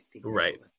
Right